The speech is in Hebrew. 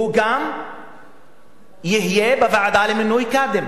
הוא גם יהיה בוועדה למינוי קאדים?